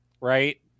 right